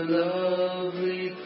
lovely